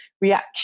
reaction